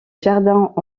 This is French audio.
jardins